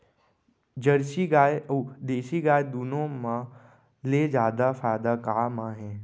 Jersey गाय अऊ देसी गाय दूनो मा ले जादा फायदा का मा हे?